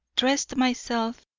dressed myself,